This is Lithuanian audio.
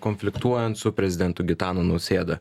konfliktuojant su prezidentu gitanu nausėda